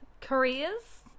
careers